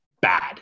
bad